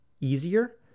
easier